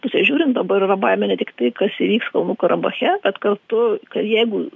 pusės žiūrint dabar yra baimė ne tiktai kas įvyks kalnų karabache bet kartu kad jeigu